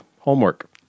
homework